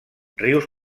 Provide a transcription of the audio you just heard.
rius